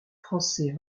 français